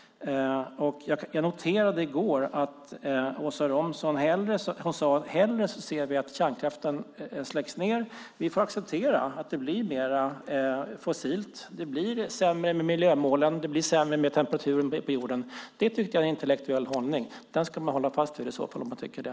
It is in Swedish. Jag noterade i går att Åsa Romson sade: Hellre ser vi att kärnkraften släcks ned. Vi får acceptera att det blir mer fossilt. Det blir sämre när det gäller miljömålen och temperaturen på jorden. Det tycker jag är en intellektuell hållning. Den ska man hålla fast vid om man tycker det.